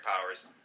powers